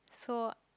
so